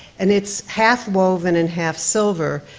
and it's half-woven and half-silver,